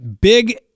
big